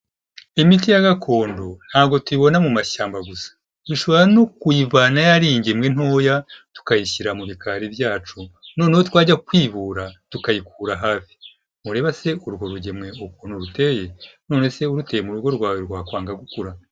Imiti ya gakondo ntabwo tuyibona mu mashyamba gusa, dushobora no kuyivanayo ari ingemwe ntoya tukayishyira mu bikari byacu noneho twajya kwibura tukayikura hafi, murebabe se ukuntu urwo rugemwe ruteye, none se uruteye mu rugo rwawe rwakwanga gukura.